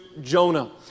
Jonah